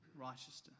righteousness